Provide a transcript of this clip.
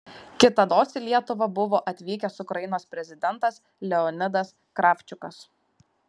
kitados į lietuvą buvo atvykęs ukrainos prezidentas leonidas kravčiukas